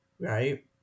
right